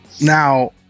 now